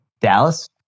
Dallas